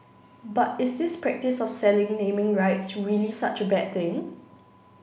but is this practice of selling naming rights really such a bad thing